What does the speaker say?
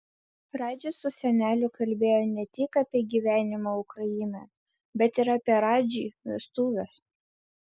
radži su seneliu kalbėjo ne tik apie gyvenimą ukrainoje bet ir apie radži vestuves